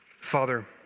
Father